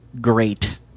great